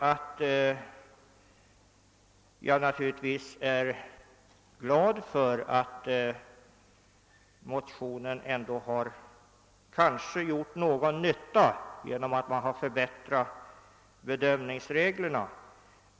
Jag är naturligtvis glad för att mo tionen kanske ändå gjort någon nytta; bedömningsreglerna har = förbättrats.